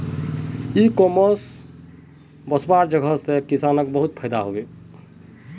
इ कॉमर्स वस्वार वजह से किसानक बहुत फायदा हबे